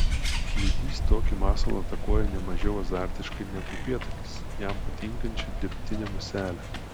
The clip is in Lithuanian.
lydys tokį masalą atakuoja ne mažiau azartiškai negu upėtakis jam patinkančią dirbtinę muselę